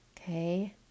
Okay